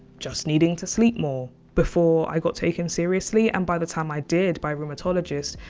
just needing to sleep more before i got taken seriously. and by the time i did by rheumatologists,